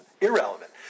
irrelevant